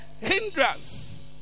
hindrance